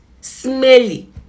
smelly